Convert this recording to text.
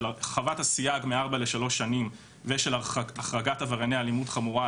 של הרחבת הסייג מארבע שנים לשלוש שנים ושל החרגת עברייני אלימות חמורה,